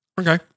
Okay